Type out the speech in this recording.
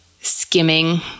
skimming